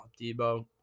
Debo